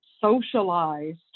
socialized